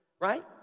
Right